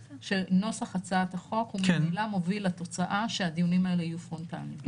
שנוסח הצעת החוק הוא ממילא מוביל לתוצאה שהדיונים האלה יהיו פרונטליים.